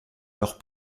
leur